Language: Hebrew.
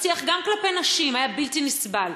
השיח גם כלפי נשים היה בלתי נסבל.